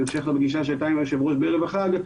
בהמשך לפגישה שהייתה לנו עם היושב ראש בערב החג,